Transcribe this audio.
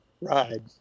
ride